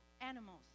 animals